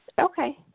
okay